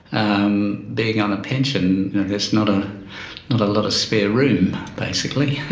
um being on a pension there's not ah not a lot of spare room, basically,